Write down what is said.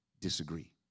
disagree